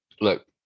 Look